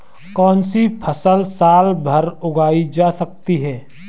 कौनसी फसल साल भर उगाई जा सकती है?